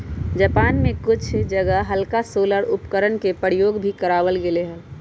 Japan में कुछ जगह हल्का सोलर उपकरणवन के प्रयोग भी करावल गेले हल